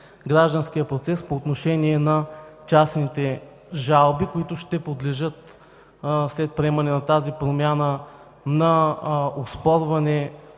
гражданския процес по отношение на частните жалби, които ще подлежат, след приемане на тази промяна, на оспорване,